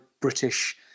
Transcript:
British